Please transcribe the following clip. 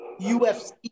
UFC